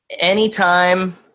Anytime